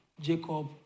Jacob